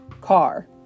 car